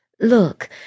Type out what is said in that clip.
Look